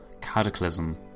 cataclysm